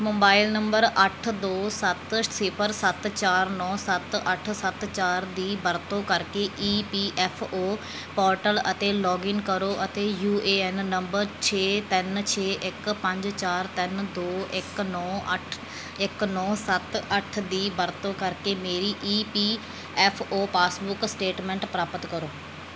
mobile number ਅੱਠ ਦੋ ਸੱਤ ਸਿਫਰ ਸੱਤ ਚਾਰ ਨੌਂ ਸੱਤ ਅੱਠ ਸੱਤ ਚਾਰ ਦੀ ਵਰਤੋਂ ਕਰਕੇ E P F O portal ਅਤੇ ਲੌਗਇਨ ਕਰੋ ਅਤੇ ਯੂ ਏ ਐਨ ਨੰਬਰ ਛੇ ਤਿੰਨ ਛੇ ਇੱਕ ਪੰਜ ਚਾਰ ਤਿੰਨ ਦੋ ਇੱਕ ਨੌਂ ਅੱਠ ਇੱਕ ਨੌਂ ਸੱਤ ਅੱਠ ਦੀ ਵਰਤੋਂ ਕਰਕੇ ਮੇਰੀ E P F O passbook statement ਪ੍ਰਾਪਤ ਕਰੋ